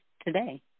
today